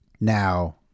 Now –